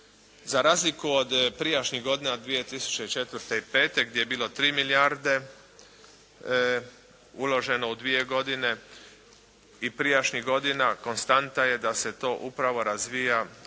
Za razliku od prijašnjih godina 2004. i 2005. gdje je bilo 3 milijarde uloženo u dvije godine i prijašnjih godina konstanta je da se to upravo razvija onako